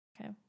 Okay